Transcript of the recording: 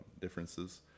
differences